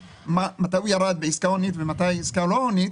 מתי הוא ירד בעסקה הונית ומתי בעסקה לא הונית